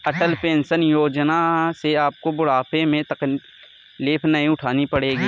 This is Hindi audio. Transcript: अटल पेंशन योजना से आपको बुढ़ापे में तकलीफ नहीं उठानी पड़ेगी